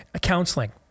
counseling